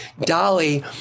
Dolly